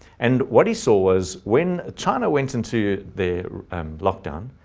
and what he saw was when ah china went into the um lockdown,